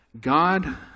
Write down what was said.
God